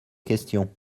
question